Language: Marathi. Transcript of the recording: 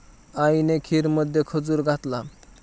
आईने खीरमध्ये खजूर घातला